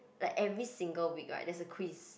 like every single week right there's a quiz